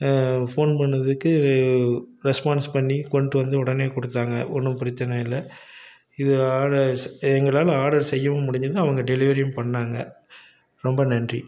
phone பண்ணதுக்கு response பண்ணி கொண்டு வந்து உடனே கொடுத்தாங்க ஒன்றும் பிரச்சனை இல்லை இது ஆட எங்களால் ஆர்டர் செய்யவும் முடிஞ்சித்து அவங்க டெலிவரியும் பண்ணாங்க ரொம்ப நன்றி